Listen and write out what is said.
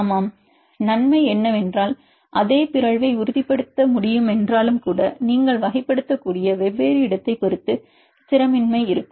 ஆமாம் நன்மை என்னவென்றால் அதே பிறழ்வை உறுதிப்படுத்த முடியுமென்றாலும் கூட நீங்கள் வகைப்படுத்தக்கூடிய வெவ்வேறு இடத்தைப் பொறுத்து ஸ்திரமின்மை இருக்கும்